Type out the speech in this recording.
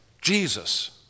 Jesus